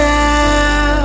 now